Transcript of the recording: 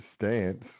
stance